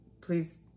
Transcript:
please